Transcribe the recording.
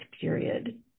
period